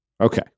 Okay